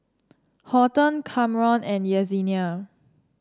Horton Kamron and Yesenia